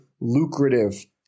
lucrative